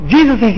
Jesus